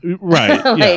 Right